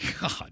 God